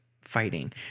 fighting